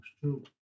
true